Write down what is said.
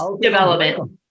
development